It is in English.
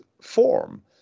form